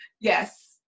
Yes